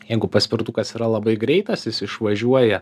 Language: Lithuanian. jeigu paspirtukas yra labai greitas jis išvažiuoja